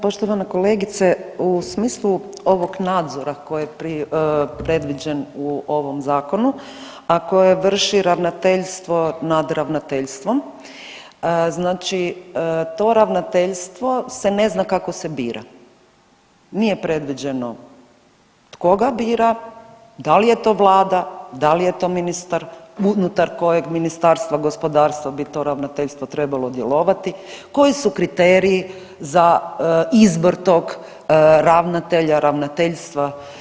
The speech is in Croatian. Poštovana kolegice u smislu ovog nadzora koji je predviđen u ovom zakonu, a koje vrši ravnateljstvo nad ravnateljstvom znači to ravnateljstvo se ne zna kako se bira, nije predviđeno tko ga bira, da li je to vlada, da li je to ministar, unutar kojeg Ministarstva gospodarstva bi to ravnateljstvo trebalo djelovati, koji su kriteriji za izbor tog ravnatelja, ravnateljstva?